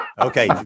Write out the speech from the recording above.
Okay